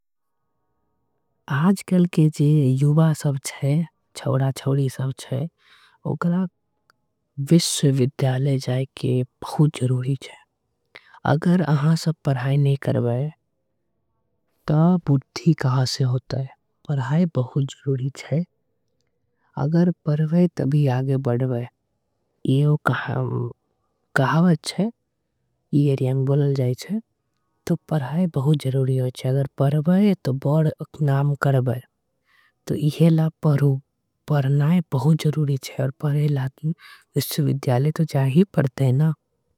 आजकल के जो युवा जे छे छौड़ा छौड़ी जो हे। ओकरा के विश्वविद्यालय जाना बहुत जरूरी छे । अगर अहा सब पढ़ाई नई करबे त बुद्धि कहा। से होबे पढ़ाई बहुत जरूरी छे अगर पढ़बे त। आगे बढ़बे ये कहावत बोले जाई छे पढ़बे त। नाम करबे विश्वविद्यालय जाना जरूरी छे।